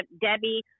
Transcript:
Debbie